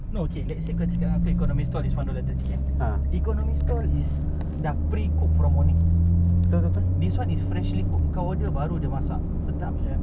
no okay let's say kau cakap apa economy stall is one dollar thirty eh economy stall is dah precooked from morning this [one] is freshly cooked kau order baru jer masak sedap sia